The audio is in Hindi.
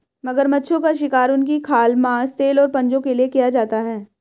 मगरमच्छों का शिकार उनकी खाल, मांस, तेल और पंजों के लिए किया जाता है